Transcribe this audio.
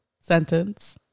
Sentence